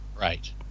Right